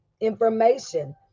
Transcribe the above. information